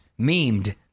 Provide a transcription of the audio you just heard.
memed